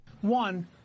One